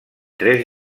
tres